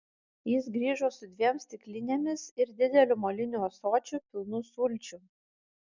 jis grįžo su dviem stiklinėmis ir dideliu moliniu ąsočiu pilnu sulčių